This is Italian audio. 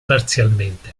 parzialmente